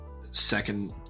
second